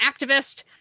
activist